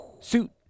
Suit